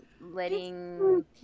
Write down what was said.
letting